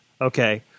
okay